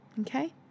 Okay